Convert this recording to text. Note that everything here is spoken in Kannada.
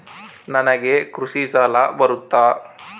ನನಗೆ ಕೃಷಿ ಸಾಲ ಬರುತ್ತಾ?